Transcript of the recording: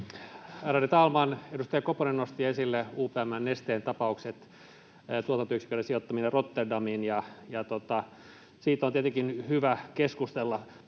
Ärade talman! Edustaja Koponen nosti esille UPM:n ja Nesteen tapaukset, tuotantoyksiköiden sijoittamisen Rotterdamiin, ja siitä on tietenkin hyvä keskustella.